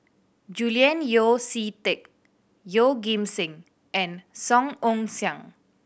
Julian Yeo See Teck Yeoh Ghim Seng and Song Ong Siang